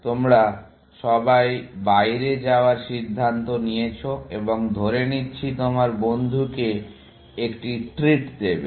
তোমরা সবাই বাইরে যাওয়ার সিদ্ধান্ত নিয়েছো এবং ধরে নিচ্ছি তোমার বন্ধুকে একটি ট্রিট দেবে